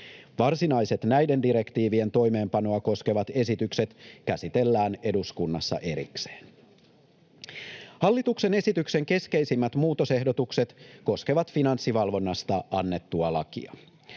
Varsinaiset näiden direktiivien toimeenpanoa koskevat esitykset käsitellään eduskunnassa erikseen. Hallituksen esityksen keskeisimmät muutosehdotukset koskevat Finanssivalvonnasta annettua lakia.